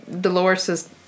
Dolores